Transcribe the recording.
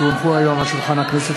כי הונחו היום על שולחן הכנסת,